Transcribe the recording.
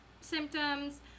symptoms